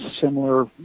similar